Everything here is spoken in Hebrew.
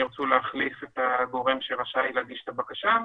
אם הם ירצו להחליף את הגורם שרשאי להגיש את הבקשה.